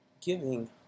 giving